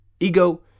Ego